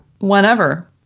whenever